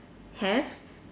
have